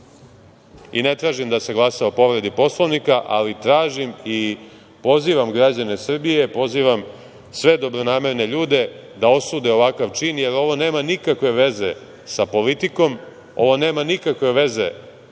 tražim da se glasa o povredi Poslovnika, ali tražim i pozivam građane Srbije, pozivam sve dobronamerne ljude da osude ovakav čin, jer ovo nema nikakve veze sa politikom. Ovo nema nikakve veze